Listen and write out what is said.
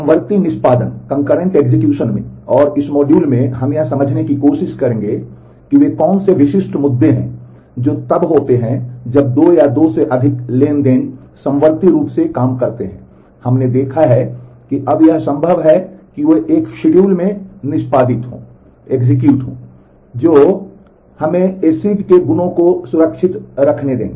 समवर्ती निष्पादन में और इस मॉड्यूल में हम यह समझने की कोशिश करेंगे कि वे कौन से विशिष्ट मुद्दे हैं जो तब होते हैं जब दो या दो से अधिक ट्रांज़ैक्शन समवर्ती रूप से काम करते हैं हमने देखा है कि अब यह संभव है कि वे एक शिड्यूल में निष्पादित हों जो हमें नहीं होने देंगे एसिड के गुणों को सुरक्षित रखें